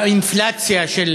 באינפלציה של